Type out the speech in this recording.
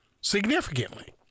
Significantly